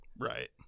Right